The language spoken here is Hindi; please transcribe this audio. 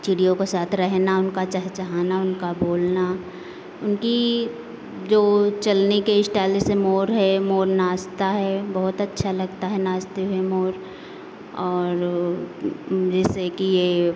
चिड़ियों का साथ रहना उनका चहचहाना उनका बोलना उनकी जो चलने की स्टाइल जैसे मोर है मोर नाचता है बहुत अच्छा लगता है नाचते हुए मोर और जैसे कि ये